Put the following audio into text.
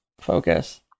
focus